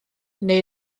neu